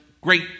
great